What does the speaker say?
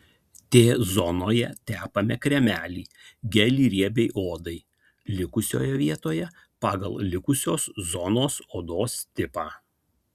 t zonoje tepame kremą gelį riebiai odai likusioje vietoje pagal likusios zonos odos tipą